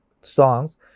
songs